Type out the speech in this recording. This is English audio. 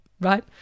right